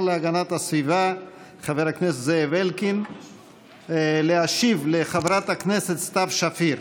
להגנת הסביבה חבר הכנסת זאב אלקין להשיב לחברת הכנסת סתיו שפיר.